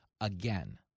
again